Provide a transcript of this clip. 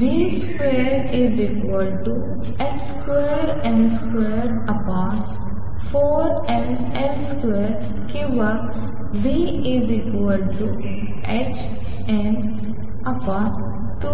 v2h2n24mL2किंवा v